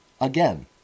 Again